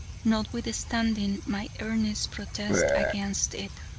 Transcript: notwithstanding my earnest protests against it.